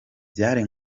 byari